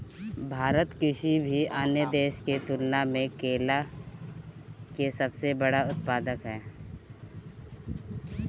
भारत किसी भी अन्य देश की तुलना में केला के सबसे बड़ा उत्पादक ह